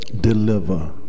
deliver